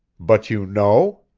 but you know?